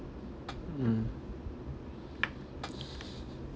mm